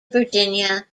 virginia